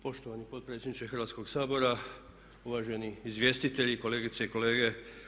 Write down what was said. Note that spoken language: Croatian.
Poštovani potpredsjedniče Hrvatskoga sabora, uvaženi izvjestitelji, kolegice i kolege.